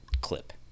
clip